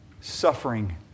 suffering